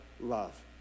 love